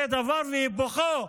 זה דבר והיפוכו.